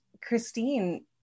Christine